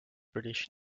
british